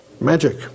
magic